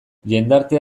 jendartea